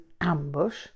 ambush